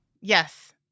Yes